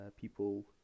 people